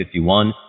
1951